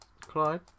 Clyde